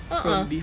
a'ah